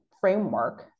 framework